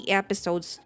episodes